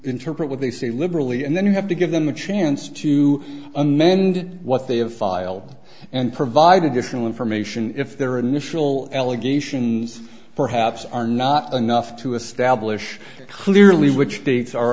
interpret what they say liberally and then you have to give them a chance to amend what they have filed and provide additional information if their initial allegations perhaps are not enough to establish clearly which dates are